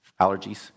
allergies